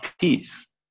peace